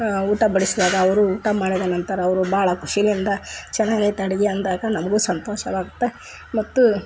ಊಟ ಬಡಿಸ್ದಾಗ ಅವರು ಊಟ ಮಾಡಿದ ನಂತರ ಅವರು ಭಾಳ ಖುಷಿಯಿಂದ ಚೆನ್ನಾಗೈತ್ ಅಡುಗೆ ಅಂದಾಗ ನಮಗೂ ಸಂತೋಷವಾಗುತ್ತೆ ಮತ್ತು